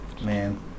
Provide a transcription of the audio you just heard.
Man